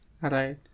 Right